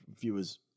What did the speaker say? viewers